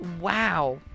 Wow